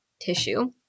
tissue